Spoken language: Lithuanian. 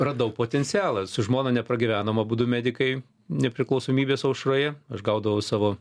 radau potencialą su žmona nepragyvenom abudu medikai nepriklausomybės aušroje aš gaudavau savo